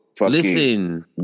Listen